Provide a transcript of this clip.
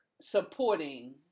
supporting